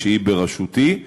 שהיא בראשותי.